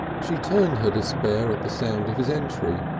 she turned her despair at the sound of his entry,